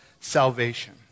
salvation